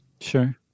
Sure